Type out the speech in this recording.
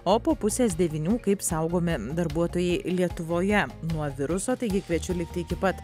o po pusės devynių kaip saugomi darbuotojai lietuvoje nuo viruso taigi kviečiu likti iki pat